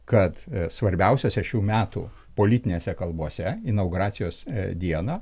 kad svarbiausiose šių metų politinėse kalbose inauguracijos dieną